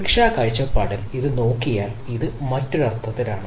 സുരക്ഷാ കാഴ്ചപ്പാടിൽ ഇത് നോക്കിയാൽ ഇത് മറ്റൊരു അർത്ഥത്തിലാണ്